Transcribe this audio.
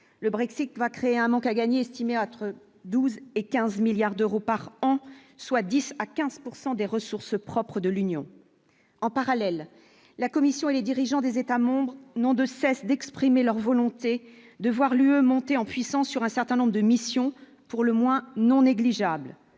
le Brexit va créer un manque à gagner estimé entre 12 et 15 milliards d'euros par an, soit 10 à 15 pourcent des ressources propres de l'Union, en parallèle, la Commission et les dirigeants des États-membres n'ont de cesse d'exprimer leur volonté de voir l'UE monter en puissance sur un certain nombre de missions pour le moins non négligeables,